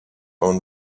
own